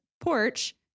porch